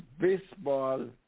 baseball